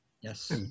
Yes